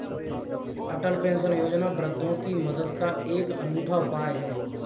अटल pension योजना वृद्धों की मदद का एक अनूठा उपाय है